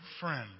friend